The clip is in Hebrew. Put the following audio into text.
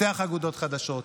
לפתח אגודות חדשות,